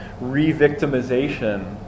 re-victimization